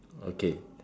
okay